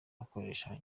akoresha